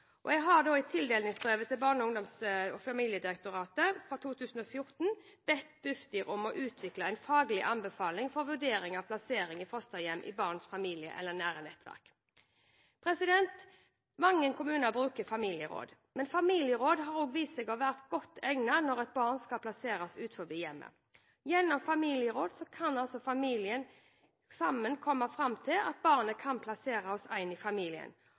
og jeg har i tildelingsbrevet til Barne-, ungdoms- og familiedirektoratet, Bufdir, for 2014 bedt Bufdir om å utvikle en faglig anbefaling for vurdering av plassering i fosterhjem i barns familie eller nære nettverk. Mange kommuner bruker familieråd. Familieråd har også vist seg å være godt egnet når et barn skal plasseres utenfor hjemmet. Gjennom familieråd kan familien sammen komme fram til at barnet kan plasseres hos en i familien.